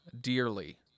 dearly